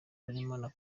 barimo